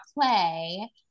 play